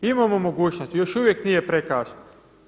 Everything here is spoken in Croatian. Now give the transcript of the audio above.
Imamo mogućnosti, još uvijek nije prekasno.